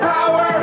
Power